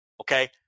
okay